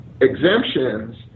exemptions